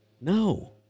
No